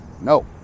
No